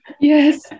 yes